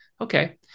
okay